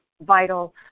vital